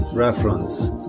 reference